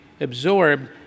absorbed